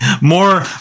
More